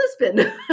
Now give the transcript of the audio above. Lisbon